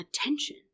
attention